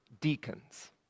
deacons